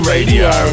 Radio